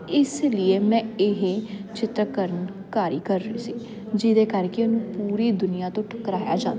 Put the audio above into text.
ਇਸ ਲਈ ਮੈਂ ਇਹ ਚਿੱਤਰਕਰਨ ਕਾਰੀ ਕਰ ਰਹੀ ਸੀ ਜਿਹਦੇ ਕਰਕੇ ਉਹਨੂੰ ਪੂਰੀ ਦੁਨੀਆ ਤੋਂ ਠੁਕਰਾਇਆ ਜਾਂਦਾ